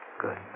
good